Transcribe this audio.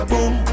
Boom